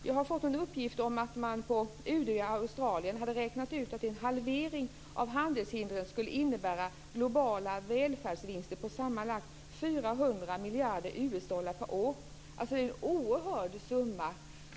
Jag har fått en uppgift om att man på UD i Australien har räknat ut att en halvering av handelshindren skulle innebära globala välfärdsvinster på sammanlagt 400 miljarder US-dollar per år. Det är en oerhörd summa.